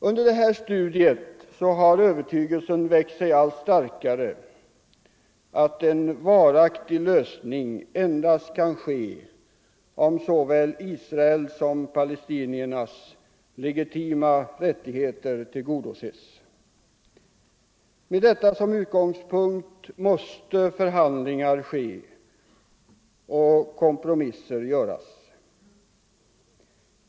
Under detta studium har övertygelsen växt sig allt starkare att en varaktig lösning endast kan ske om såväl Israels som palestiniernas legitima rättigheter tillgodoses. Med detta som utgångspunkt måste förhandlingar ske och kompromisser göras.